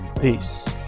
Peace